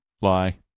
lie